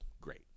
great